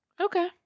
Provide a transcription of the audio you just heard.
Okay